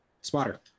Spotter